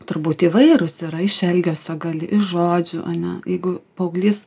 turbūt įvairūs yra iš elgesio gali iš žodžių ane jeigu paauglys